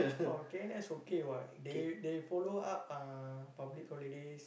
oh K_N_S okay what they they follow up uh public holidays